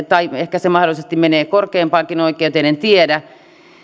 tai ehkä se mahdollisesti menee korkeimpaankin oikeuteen en tiedä